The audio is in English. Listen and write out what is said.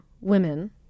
women